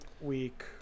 week